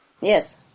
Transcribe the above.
Yes